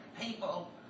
people